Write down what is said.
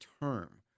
term